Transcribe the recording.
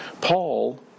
Paul